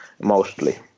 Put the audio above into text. Mostly